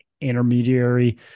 intermediary